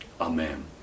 Amen